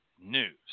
news